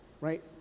right